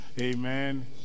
amen